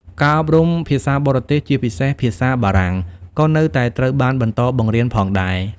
ការអប់រំភាសាបរទេស ជាពិសេសភាសាបារាំង ក៏នៅតែត្រូវបានបន្តបង្រៀនផងដែរ។